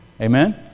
Amen